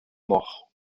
mort